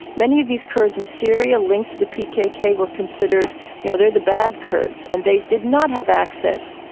many of these kurds in syria linked to the pkk were considered, you know, they're the bad kurds, and they did not have access,